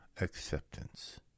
acceptance